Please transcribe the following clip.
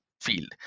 field